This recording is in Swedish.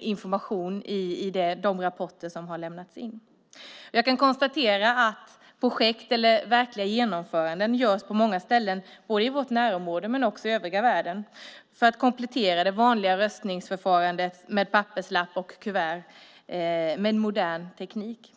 information i de rapporter som har lämnats in. Jag kan konstatera att projekt eller verkliga genomföranden görs på många ställen, både i vårt närområde och i övriga världen, för att komplettera det vanliga röstningsförfarandet med papperslapp och kuvert med en modern teknik.